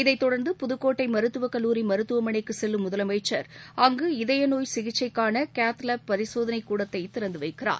இதைத் தொடர்ந்து புதுக்கோட்டை மருத்துவக் கல்லூரி மருத்துவமனைக்குச் செல்லும் முதலமைச்சர் அங்கு இதய நோய் சிகிச்சைக்கான கேத்லாப் பரிசோதனைக் கூடத்தை திறந்து வைக்கிறார்